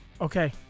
okay